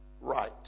Right